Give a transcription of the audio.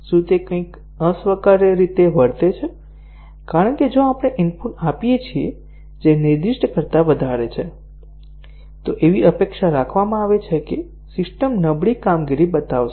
શું તે કંઈક અસ્વીકાર્ય રીતે વર્તે છે કારણ કે જો આપણે ઇનપુટ આપીએ છીએ જે નિર્દિષ્ટ કરતા વધારે છે તો એવી અપેક્ષા રાખવામાં આવે છે કે સિસ્ટમ નબળી કામગીરી બતાવશે